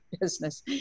business